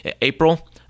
April